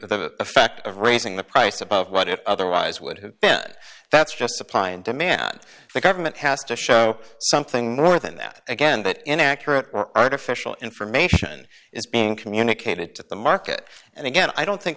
effect of raising the price above what it otherwise would have been and that's just supply and demand the government has to show something more than that again that inaccurate artificial information is being communicated to the market and again i don't think